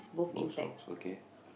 both socks okay